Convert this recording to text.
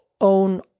own